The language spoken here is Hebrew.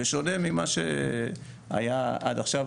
בשונה ממה שהיה עד עכשיו,